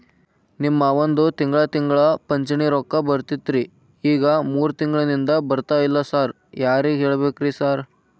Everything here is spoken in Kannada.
ನಮ್ ಮಾವಂದು ತಿಂಗಳಾ ತಿಂಗಳಾ ಪಿಂಚಿಣಿ ರೊಕ್ಕ ಬರ್ತಿತ್ರಿ ಈಗ ಮೂರ್ ತಿಂಗ್ಳನಿಂದ ಬರ್ತಾ ಇಲ್ಲ ಸಾರ್ ಯಾರಿಗ್ ಕೇಳ್ಬೇಕ್ರಿ ಸಾರ್?